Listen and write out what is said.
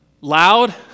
Loud